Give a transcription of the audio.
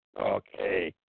okay